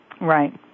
Right